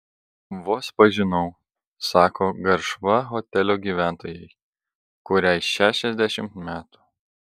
vos pažinau sako garšva hotelio gyventojai kuriai šešiasdešimt metų